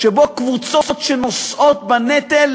של קבוצות שנושאות בנטל